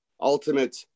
ultimate